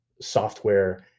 software